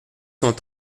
cent